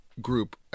group